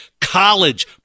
college